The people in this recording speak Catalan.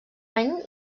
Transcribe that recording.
any